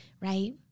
Right